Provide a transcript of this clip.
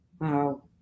Wow